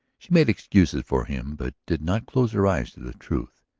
she made excuses for him, but did not close her eyes to the truth.